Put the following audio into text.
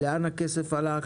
לאן הכסף הלך,